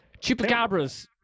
Chupacabras